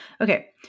okay